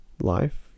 life